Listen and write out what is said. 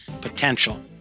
potential